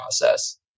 process